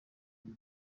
icyo